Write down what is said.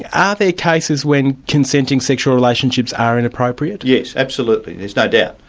are there cases when consenting sexual relationships are inappropriate? yes, absolutely. there's no doubt.